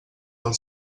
del